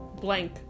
blank